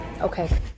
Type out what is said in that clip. okay